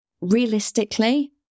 realistically